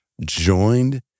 joined